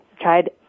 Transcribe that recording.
tried